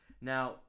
now